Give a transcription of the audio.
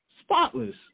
spotless